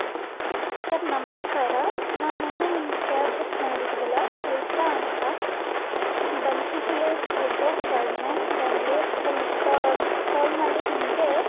sir ನಮಸ್ಕಾರ ನಾವು ನಿನ್ನೆ ನಿಮ್ಮ ಕ್ಯಾಬ್ ಬುಕ್ ಮಾಡಿದ್ವಲ್ಲಾ ಚೈತ್ರಾ ಅಂತ Banashankari layout third block third main Bangalore ಅಲ್ಲಿ ಕಾಲ್ ಮಾಡಿ ನಿಮಗೆ